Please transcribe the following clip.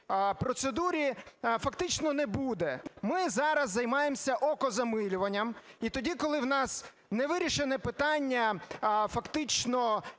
процедурі, фактично не буде. Ми зараз займаємося окозамилюванням і тоді, коли в нас не вирішене питання фактично